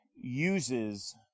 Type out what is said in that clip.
uses